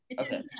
Okay